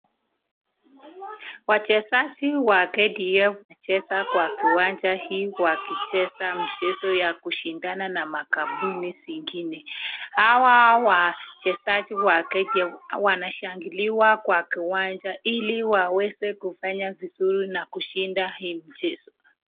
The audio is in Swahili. Wachezaji wa KDF wanacheza kwa kiwanja hii wa kucheza michezo ya kushindana na makampuni zingine. Hawa wachezaji wa KDF wanashangiliwa kwa kiwanja ili waweze kufanya vizuri na kushinda hii mchezo.